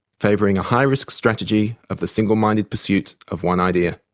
favouring a high-risk strategy of the single-minded pursuit of one idea.